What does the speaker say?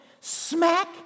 smack